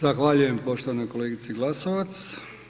Zahvaljujem poštovanoj kolegici Glasovac.